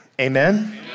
Amen